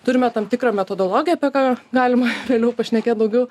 turime tam tikrą metodologiją apie ką galima vėliau pašnekėt daugiau